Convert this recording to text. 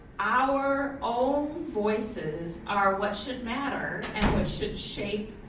our own voices are what should matter and what should shape